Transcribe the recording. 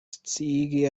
sciigi